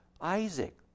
Isaac